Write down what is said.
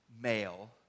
male